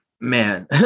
man